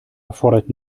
erfordert